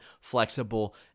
flexible